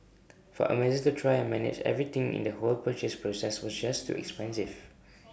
for Amazon to try and manage everything in the whole purchase process was just too expensive